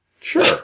Sure